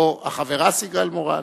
או החברה סיגל מורן,